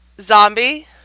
Zombie